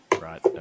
right